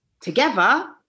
together